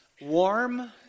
warm